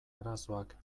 arazoak